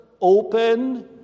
open